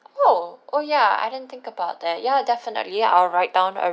oh oh ya I didn't think about that ya definitely I'll write down a